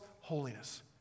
holiness